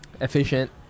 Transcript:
Efficient